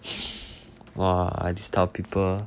!wah! this type of people